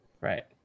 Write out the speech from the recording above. right